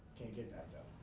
can't give that though.